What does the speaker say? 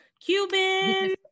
Cuban